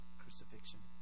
crucifixion